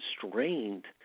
constrained